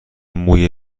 موی